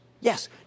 Yes